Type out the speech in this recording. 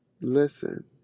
listen